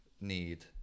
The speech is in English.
need